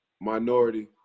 minority